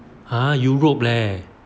!huh! europe leh